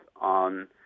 on